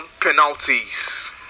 penalties